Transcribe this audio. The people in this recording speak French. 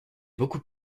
beaucoup